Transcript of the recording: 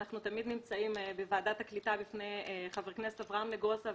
אנחנו תמיד נמצאים בוועדת הקליטה בפני חבר הכנסת אברהם נגוסה,